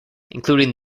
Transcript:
including